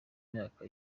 myaka